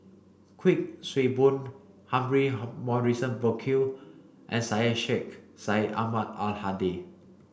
Kuik Swee Boon Humphrey Morrison Burkill and Syed Sheikh Syed Ahmad Al Hadi